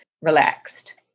relaxed